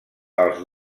els